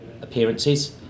appearances